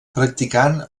practicant